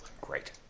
Great